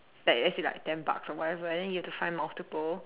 like as in like ten bucks or whatever and then you have to find multiple